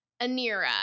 anira